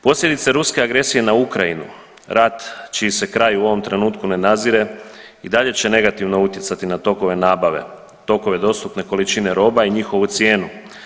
Posljedice ruske agresije na Ukrajinu, rat čiji se kraj u ovom trenutku ne nadzire i dalje će negativno utjecati na tokove nabave, tokove dostupne količine roba i njihovu cijenu.